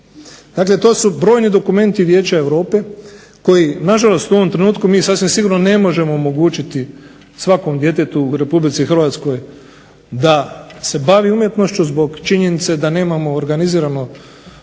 Dakle, to su brojni dokumenti Vijeća Europe koje na žalost mi u ovom trenutku sasvim sigurno ne možemo omogućiti svakom djetetu u Republici Hrvatskoj da se bavi umjetnošću zbog činjenice da nemamo organizirano